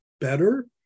better